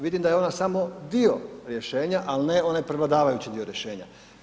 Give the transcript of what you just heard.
Vidim da je ona samo dio rješenja ali ne onaj prevladavajući dio rješenja.